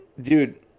Dude